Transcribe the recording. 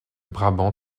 brabant